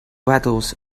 waddles